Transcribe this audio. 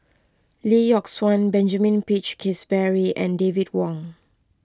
Lee Yock Suan Benjamin Peach Keasberry and David Wong